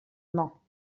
mañ